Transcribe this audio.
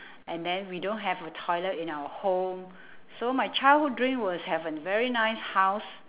and then we don't have a toilet in our home so my childhood dream was have a very nice house